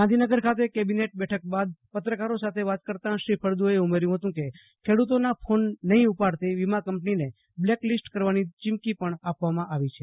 ગાંધીનગર ખાતે કેબીનેટ બેઠક બાદ પત્રકારો સાથે વાત કરતા શ્રી ફળદુએ ઉમેર્યું હતું કે ખેડૂતોના ફોન નહીં ઉપાડતી વિમા કંપનીને બ્લેક લીસ્ટર કરવાની ચીમકી પણ આપવામાં આવી છે